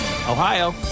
Ohio